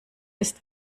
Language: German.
ist